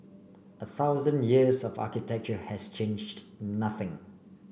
a thousand years of architecture has changed nothing